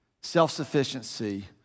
Self-sufficiency